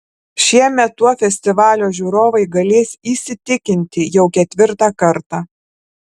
šiemet tuo festivalio žiūrovai galės įsitikinti jau ketvirtą kartą